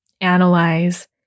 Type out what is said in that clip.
analyze